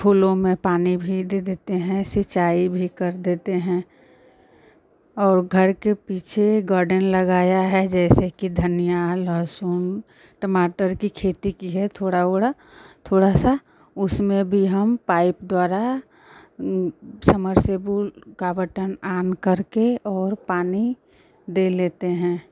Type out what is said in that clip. फूलों में पानी भी दे देते हैं सिंचाई भी कर देते हैं और घर के पीछे गर्डेन लगाया है जैसे कि धनियाँ लहसुन टमाटर कि खेती की है थोड़ा ओड़ा थोड़ा सा उसमें भी हम पाइप द्वारा समरसेबुल का बटन आन करके और पानी दे लेते हैं